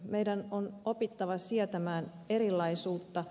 meidän on opittava sietämään erilaisuutta